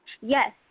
Yes